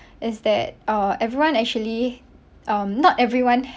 is that uh everyone actually um not everyone